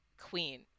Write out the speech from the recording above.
Queen